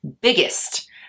biggest